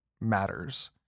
matters